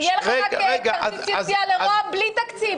יהיה לך רק --- לרוה"מ בלי תקציב,